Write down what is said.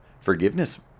Forgiveness